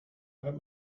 that